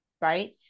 right